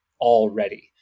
already